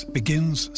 begins